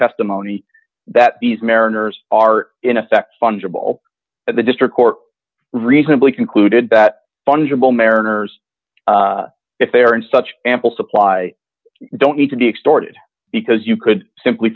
testimony that these mariners are in effect fungible at the district court reasonably concluded that fungible mariners if they are in such ample supply don't need to be extorted because you could simply